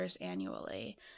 annually